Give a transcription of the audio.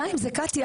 די עם זה קטיה.